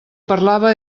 parlava